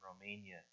Romania